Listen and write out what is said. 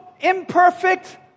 imperfect